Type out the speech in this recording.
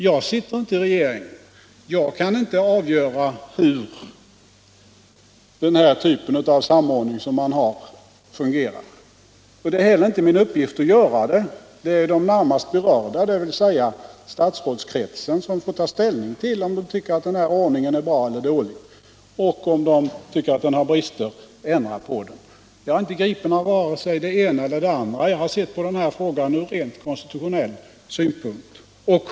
Jag sitter inte i regeringen, och jag kan inte avgöra hur den här formen av samordning fungerar. Det är heller inte min uppgift att göra det, utan det är de närmast berörda, dvs. statsrådskretsen, som får ta ställning till om den nuvarande ordningen är bra eller dålig och — om de tycker att den har brister — ändra på den. Jag är inte gripen av vare sig det ena eller det andra, utan jag har sett på frågan från rent konstitutionell synpunkt.